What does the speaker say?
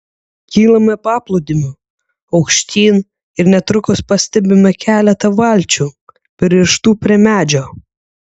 kylame paplūdimiu aukštyn ir netrukus pastebime keletą valčių pririštų prie medžio